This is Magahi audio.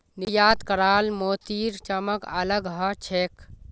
निर्यात कराल मोतीर चमक अलग ह छेक